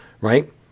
right